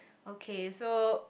okay so